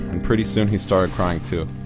and pretty soon he started crying too.